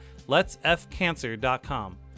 letsfcancer.com